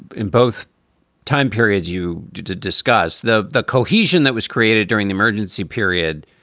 in both time periods, you did discuss the the cohesion that was created during the emergency period.